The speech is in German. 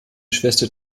schwester